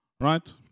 right